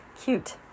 Cute